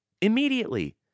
Immediately